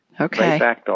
Okay